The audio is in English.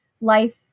life